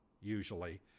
usually